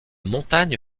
montagne